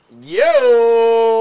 Yo